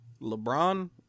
LeBron